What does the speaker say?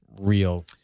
real